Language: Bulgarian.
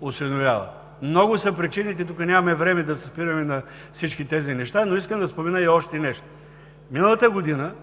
осиновяват. Много са причините и тук нямаме време да се спираме на всички тези неща, но искам да спомена и още нещо. Миналата година